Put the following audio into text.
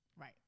Right